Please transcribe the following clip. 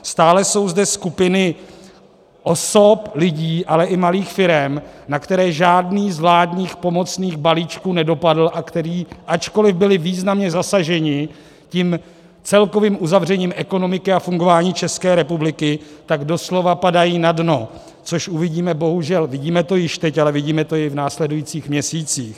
Stále jsou zde skupiny osob, lidí, ale i malých firem, na které žádný z vládních pomocných balíčků nedopadl a kteří, ačkoliv byli významně zasaženi tím celkovým uzavřením ekonomiky a fungování České republiky, tak doslova padají na dno, což uvidíme bohužel, vidíme to již teď, ale vidíme to i v následujících měsících.